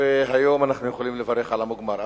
והיום אנחנו יכולים לברך על המוגמר.